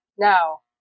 Now